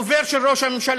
תראה מה קורה, ראש הממשלה,